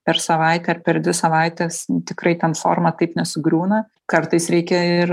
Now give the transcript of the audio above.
per savaitę ar per dvi savaites tikrai ten forma taip nesugriūna kartais reikia ir